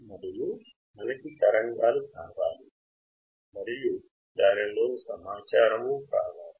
మరియు మనకి తరంగాలు కావాలి మరియు దానిలోని సమాచారమూ కావాలి